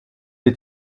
est